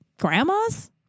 Grandma's